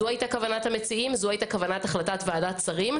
זו הייתה כוונת המציעים וזו הייתה כוונת החלטת ועדת שרים.